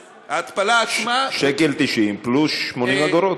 בבקשה, 1.9 פלוס 80 אגורות.